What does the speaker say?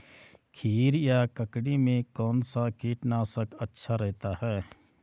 खीरा या ककड़ी में कौन सा कीटनाशक अच्छा रहता है?